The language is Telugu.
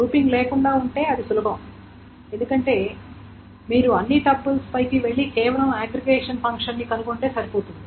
గ్రూపింగ్ లేకుండా ఉంటే అది సులభం ఎందుకంటే అప్పుడు మీరు అన్ని టపుల్స్పైకి వెళ్లి కేవలం అగ్రిగేషన్ ఫంక్షన్ని కనుగొంటే సరిపోతుంది